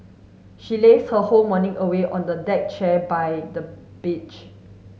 she lazed her whole morning away on the deck chair by the beach